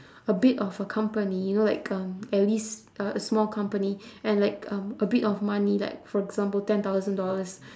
a bit of a company you know like um at least a a small company and like um a bit of a money like for example ten thousand dollars